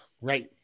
Right